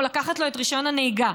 או לקחת לו את רישיון הנהיגה.